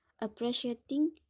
appreciating